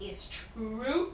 is true